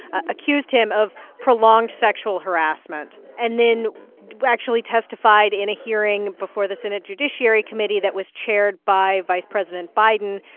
accused him of prolonged sexual harassment and then actually testified in a hearing before the senate judiciary committee that was chaired by vice president biden,